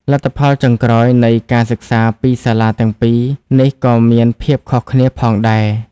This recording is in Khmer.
លទ្ធផលចុងក្រោយនៃការសិក្សាពីសាលាទាំងពីរនេះក៏មានភាពខុសគ្នាផងដែរ។